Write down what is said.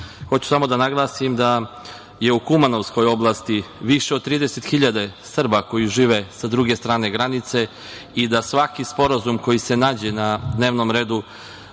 samo da naglasim da je u Kumanovskoj oblasti više od 30.000 Srba koji žive sa druge strane granice i da svaki sporazum koji se nađe na dnevnom redu